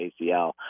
ACL